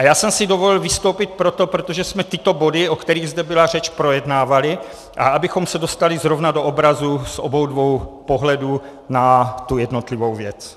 Já jsem si dovolil vystoupit proto, protože jsme tyto body, o kterých zde byla řeč, projednávali, a abychom se dostali zrovna do obrazu z obou dvou pohledů na tu jednotlivou věc.